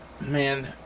Man